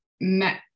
met